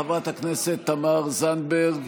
חברת הכנסת תמר זנדברג,